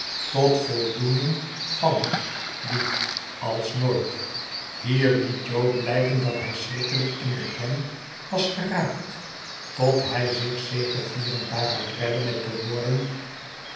tot voldoening van die als nooit hier liet jo blijken dat hij schrikkelijk in de klem was geraakt tot hij zich zegevierend daaruit redde met de woorden